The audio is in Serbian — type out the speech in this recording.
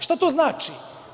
Šta to znači?